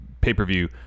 Pay-per-view